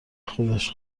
خودش